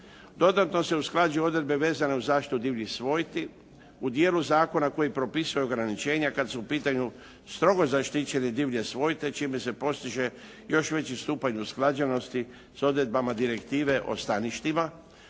Dodatno se usklađuju odredbe vezane uz zaštitu divljih svojti u dijelu zakona koji propisuje ograničenja kad su u pitanju strogo zaštićene divlje svojte čime se postiže još veći stupanj usklađenosti sa odredbama Direktive o staništima,